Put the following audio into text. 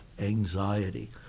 anxiety